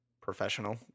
professional